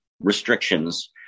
restrictions